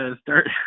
start